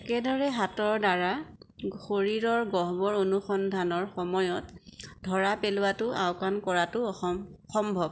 একেদৰে হাতৰ দ্বাৰা শৰীৰৰ গহ্বৰ অনুসন্ধানৰ সময়ত ধৰা পেলোৱাটো আওকাণ কৰাটো সম্ভৱ